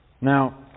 Now